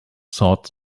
thought